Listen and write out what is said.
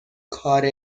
کار